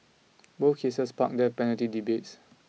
both cases sparked death penalty debates